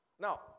Now